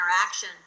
interaction